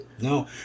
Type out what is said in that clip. No